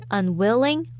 unwilling